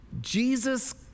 Jesus